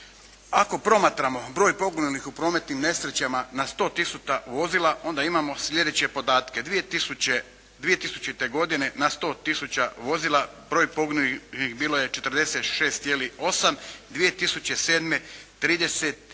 Ako promatramo broj poginulih u prometnim nesrećama na 100 tisuća vozila onda imamo slijedeće podatke. 2000. godine na 100 tisuća vozila broj poginulih bilo je 46,8, 2007. 31,7.